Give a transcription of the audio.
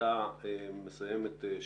כשאתה מסיים את שירותך,